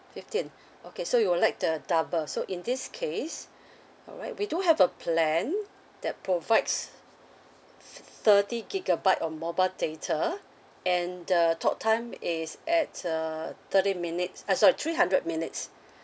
fifteen okay so you would like to double so in this case alright we do have a plan that provides thir~ thirty gigabyte of mobile data and the talk time is at uh thirty minutes uh sorry three hundred minutes